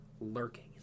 lurking